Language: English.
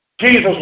Jesus